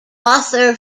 author